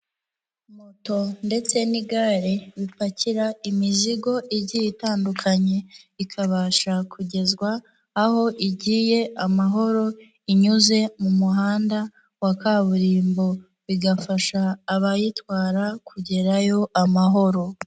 Moto ndetse n'igare bipakira imizigo igiye itandukanye, ikabasha kugezwa aho igiye amahoro, inyuze mu muhanda wa kaburimbo, bigafasha abayitwara kugerayo amahoro.